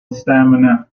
stamina